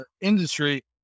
industry